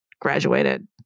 graduated